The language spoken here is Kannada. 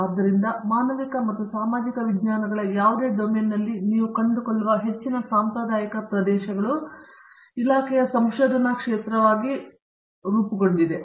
ಆದ್ದರಿಂದ ಮಾನವಿಕ ಮತ್ತು ಸಾಮಾಜಿಕ ವಿಜ್ಞಾನಗಳ ಯಾವುದೇ ಡೊಮೇನ್ನಲ್ಲಿ ನೀವು ಕಂಡುಕೊಳ್ಳುವ ಹೆಚ್ಚಿನ ಸಾಂಪ್ರದಾಯಿಕ ಪ್ರದೇಶಗಳು ಇಲಾಖೆಯ ಸಂಶೋಧನಾ ಕ್ಷೇತ್ರವಾಗಿ ಒಳಗೊಂಡಿದೆ